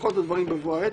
נבחן את הדברים בבוא העת,